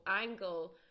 angle